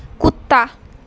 कुत्ता